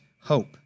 hope